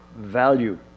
value